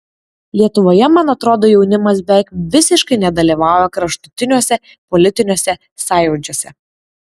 lietuvoje man atrodo jaunimas beveik visiškai nedalyvauja kraštutiniuose politiniuose sąjūdžiuose